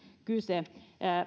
kyse